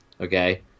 Okay